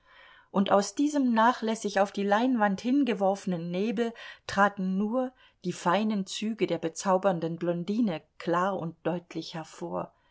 und aus diesem nachlässig auf die leinwand hingeworfenen nebel traten nur die feinen züge der bezaubernden blondine klar und deutlich hervor